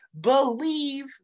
believe